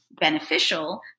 beneficial